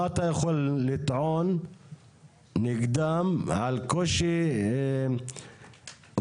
מה אתה יכול לטעון נגדם על קושי אובייקטיבי